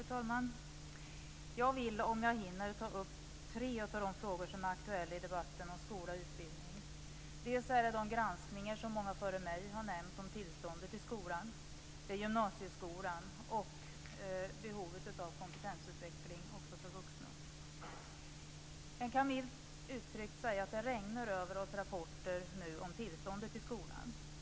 Fru talman! Jag vill om jag hinner ta upp tre av de frågor som är aktuella i debatten om skola och utbildning. Det är de granskningar som många före mig har nämnt och som gäller tillståndet i skolan, det är gymnasieskolan, och det är behovet av kompetensutveckling också för vuxna. Man kan milt uttryckt säga att det nu regnar rapporter över oss om tillståndet i skolan.